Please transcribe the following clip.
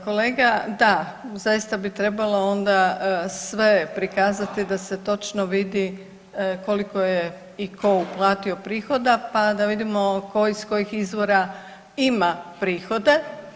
Kolega da, zaista bi trebalo onda sve prikazati da se točno vidi koliko je i tko uplatio prihoda pa da vidimo iz kojih izvora ima prihode.